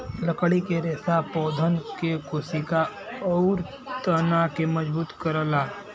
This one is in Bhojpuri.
लकड़ी क रेसा पौधन के कोसिका आउर तना के मजबूत करला